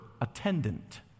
attendant